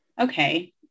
okay